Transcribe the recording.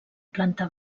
planta